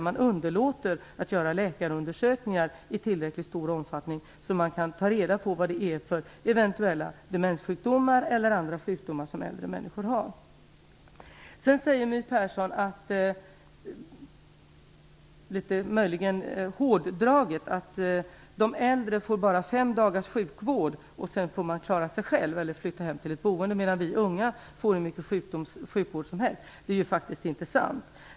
Man underlåter att göra läkarundersökningar i tillräckligt stor omfattning för att ta reda på eventuella demenssjukdomar eller andra sjukdomar som äldre människor har. My Persson säger, möjligen litet hårdraget, att de äldre får bara fem dagars sjukvård och sedan får man klara sig själv, eller flytta hem till ett boende, medan vi yngre får hur mycket sjukvård som helst. Detta är faktiskt inte sant.